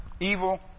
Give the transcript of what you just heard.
evil